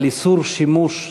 על איסור שימוש,